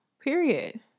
period